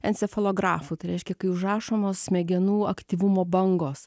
encefalografu tai reiškia kai užrašomos smegenų aktyvumo bangos